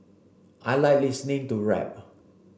I like listening to rap